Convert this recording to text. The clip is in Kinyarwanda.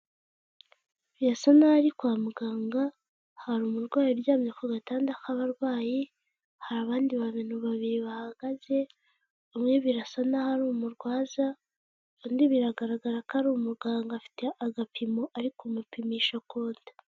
Birasa nk'aho ari kwa muganga hari umurwayi aryamye ku gatanda k'abarwayi, hari abandi bantu babiri bahagaze umwe birasa nk'aho ari umurwaza undi biragaragara ko ari umuganga afite agapimo ari kumupimisha kote.